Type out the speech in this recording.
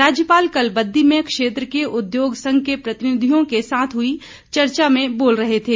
राज्यपाल कल बद्दी में क्षेत्र के उद्योग संघ के प्रतिनिधियों के साथ हुई चर्चा में बोल रहे थे